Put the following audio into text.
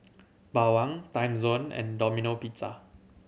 Bawang Timezone and Domino Pizza